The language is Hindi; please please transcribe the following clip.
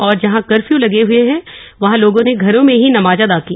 और जहां कर्फ्यू लगे हुए हैं वहां लोगों ने घरों में ही नमाज अदा की